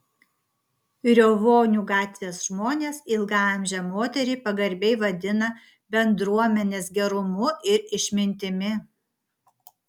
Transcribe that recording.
riovonių gatvės žmonės ilgaamžę moterį pagarbiai vadina bendruomenės gerumu ir išmintimi